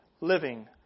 living